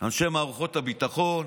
אנשי מערכות הביטחון,